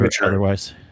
otherwise